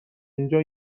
اینجا